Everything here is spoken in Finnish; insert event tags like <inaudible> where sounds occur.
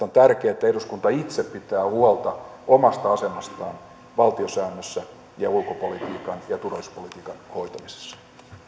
<unintelligible> on tärkeää että eduskunta itse pitää huolta omasta asemastaan valtiosäännössä ja ulkopolitiikan ja turvallisuuspolitiikan hoitamisessa